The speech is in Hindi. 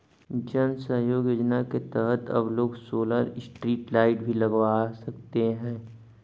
जन सहयोग योजना के तहत अब लोग सोलर स्ट्रीट लाइट भी लगवा सकते हैं